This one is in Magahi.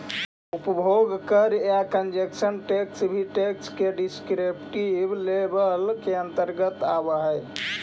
उपभोग कर या कंजप्शन टैक्स भी टैक्स के डिस्क्रिप्टिव लेबल के अंतर्गत आवऽ हई